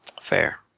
Fair